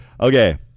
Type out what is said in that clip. Okay